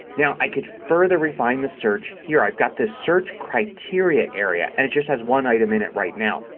now i can further refine the search here. i've got this search criteria area and it just has one item in it right now.